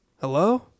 Hello